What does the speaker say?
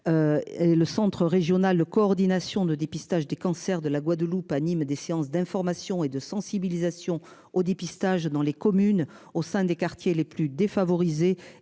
Le Centre régional de coordination de dépistage des cancers de la Guadeloupe anime des séances d'information et de sensibilisation au dépistage dans les communes au sein des quartiers les plus défavorisés